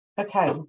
Okay